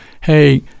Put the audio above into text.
hey